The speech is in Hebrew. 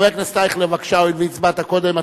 חבר הכנסת אייכלר, בבקשה, הואיל והצבעת קודם.